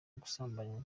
gusambanywa